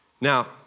Now